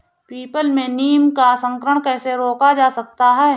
People में नीम का संकरण कैसे रोका जा सकता है?